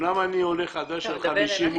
אומנם אני עולה חדש של 52 שנים.